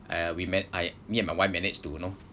uh we met I me and my wife managed to you know